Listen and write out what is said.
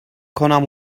کنم